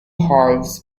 halves